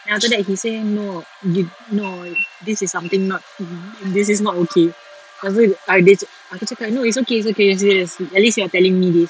then after that he say no you no this is something not this is not okay lepas tu dia aku cakap no it's okay it's okay serious at least you are telling me this